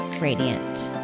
radiant